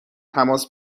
تماس